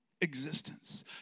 existence